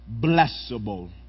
blessable